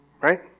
right